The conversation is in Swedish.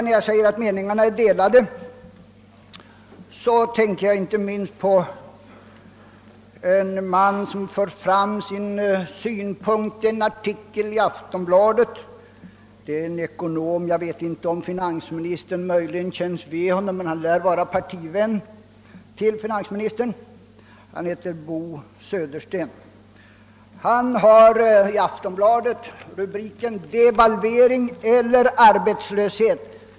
När jag säger att meningarna är delade så tänker jag inte minst på en man som fört fram sin synpunkt i en artikel i Aftonbladet. Han är ekonom — jag vet inte om finansministern möjligen känns vid honom, men han lär vara partivän till finansministern. Han heter Bo Södersten. I Aftonbladet har han skrivit en artikel under rubriken »Devalvering eller arbetslöshet».